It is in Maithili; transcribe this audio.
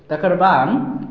तकर बाद